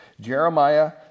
Jeremiah